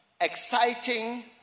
exciting